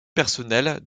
personnelle